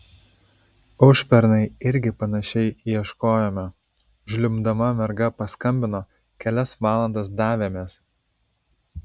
užpernai irgi panašiai ieškojome žliumbdama merga paskambino kelias valandas davėmės